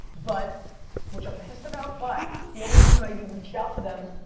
but which i'm pissed about, but the only reason i even reached out to them,